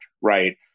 right